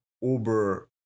uber